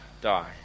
die